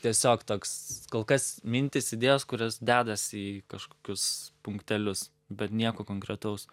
tiesiog toks kol kas mintys idėjos kurios dedasi į kažkokius punktelius bet nieko konkretaus